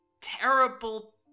terrible